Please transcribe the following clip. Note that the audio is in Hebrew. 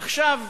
עכשיו,